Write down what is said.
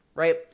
right